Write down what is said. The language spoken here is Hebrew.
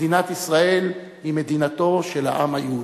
מדינת ישראל היא מדינתו של העם היהודי.